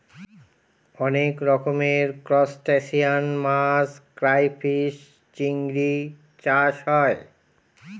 অনেক রকমের ত্রুসটাসিয়ান মাছ ক্রাইফিষ, চিংড়ি চাষ হয়